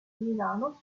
milano